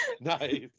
Nice